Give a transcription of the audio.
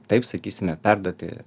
taip sakysime perduoti